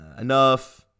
Enough